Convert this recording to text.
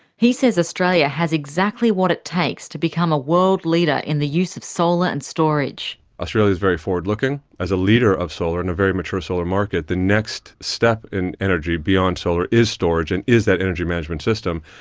he says australia has exactly what it takes to become a world leader in the use of solar and storage. australia's very forward-looking as a leader of solar, and a very mature solar market. the next step in energy, beyond solar, is storage, and is that energy management system,